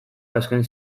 azken